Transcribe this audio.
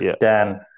Dan